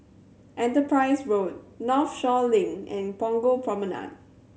Enterprise Road Northshore Link and Punggol Promenade